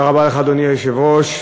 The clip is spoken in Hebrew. אדוני היושב-ראש,